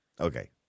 okay